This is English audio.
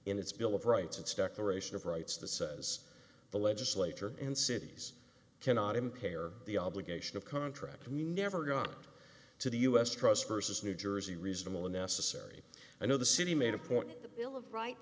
its bill of rights its declaration of rights that says the legislature and cities cannot impair the obligation of contract we never got to the u s trust versus new jersey reasonable and necessary i know the city made a point the bill of rights